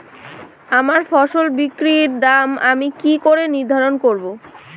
আমার ফসল বিক্রির দর আমি কি করে নির্ধারন করব?